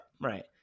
Right